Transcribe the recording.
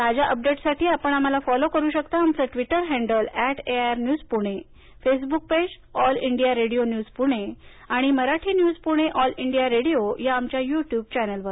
ताज्या अपडेट्ससाठी आपण आम्हाला फॉलो करु शकता आमचं Twitter handle at AIR News Pune Facebook page All India Radio Pune आणि Marathi News Pune All India Radio या आमच्या युट्युब चॅनलवर